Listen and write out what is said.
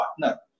partner